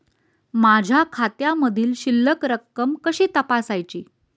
माझ्या खात्यामधील शिल्लक रक्कम कशी तपासायची?